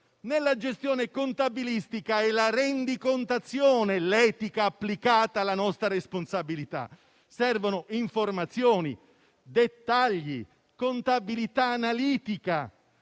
Nella gestione contabile, la rendicontazione è l'etica applicata alla nostra responsabilità. Servono informazioni, dettagli, contabilità analitica.